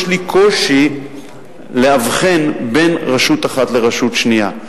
יש לי קושי להבחין בין רשות אחת לרשות שנייה.